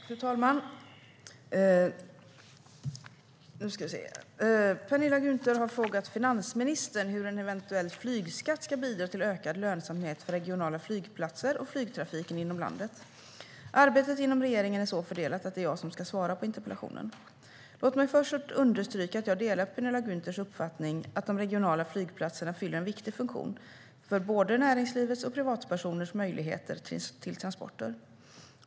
Fru talman! Penilla Gunther har frågat finansministern hur en eventuell flygskatt ska bidra till ökad lönsamhet för regionala flygplatser och flygtrafiken inom landet. Arbetet inom regeringen är så fördelat att det är jag som ska svara på interpellationen. Låt mig först understryka att jag delar Penilla Gunthers uppfattning att de regionala flygplatserna fyller en viktig funktion för både näringslivets och privatpersoners möjligheter till transporter.